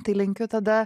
tai linkiu tada